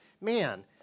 man